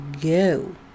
go